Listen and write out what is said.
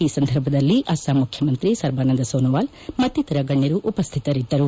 ಈ ಸಂದರ್ಭದಲ್ಲಿ ಅಸ್ವಾಂ ಮುಖ್ಣಮಂತ್ರಿ ಸರ್ಬಾನಂದ ಸೋನೊವಾಲ್ ಮತ್ತಿತರ ಗಣ್ಣರು ಉಪಸ್ಥಿತರಿದ್ದರು